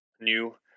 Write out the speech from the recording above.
new